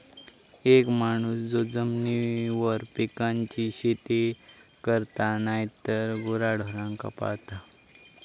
एक माणूस जो जमिनीवर पिकांची शेती करता नायतर गुराढोरांका पाळता